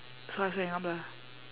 so I also hang up lah